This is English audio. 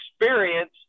experience